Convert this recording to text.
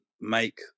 make